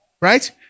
right